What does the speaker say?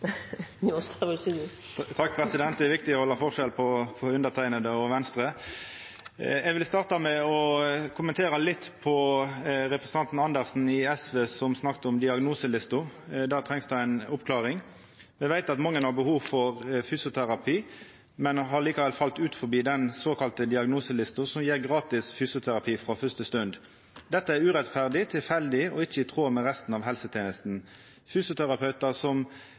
N. Skjelstad fra Venstre. Det er viktig å halda forskjell på underteikna og Venstre! Eg vil starta med å koma med nokre kommentarar til representanten Andersen i SV, som snakka om diagnoselista. Der trengst det ei oppklaring. Me veit at mange har behov for fysioterapi, men dei har likevel falle ut av den såkalla diagnoselista, som gjev gratis fysioterapi frå første stund. Dette er urettferdig, tilfeldig og ikkje i tråd med resten av